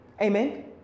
Amen